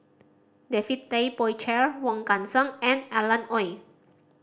David Tay Poey Cher Wong Kan Seng and Alan Oei